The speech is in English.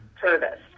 service